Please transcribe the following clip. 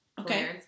Okay